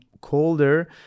colder